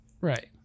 Right